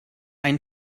ein